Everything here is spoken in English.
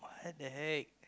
what the heck